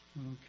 Okay